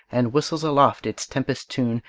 and whistles aloft its tempest tune,